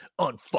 Unfuck